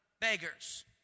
beggars